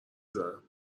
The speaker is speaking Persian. زنم